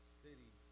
city